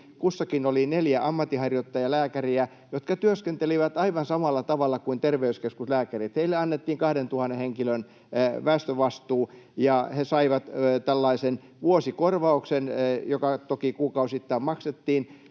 Kussakin oli neljä ammatinharjoittajalääkäriä, jotka työskentelivät aivan samalla tavalla kuin terveyskeskuslääkärit. Heille annettiin kahdentuhannen henkilön väestövastuu, ja he saivat tällaisen vuosikorvauksen, joka toki kuukausittain maksettiin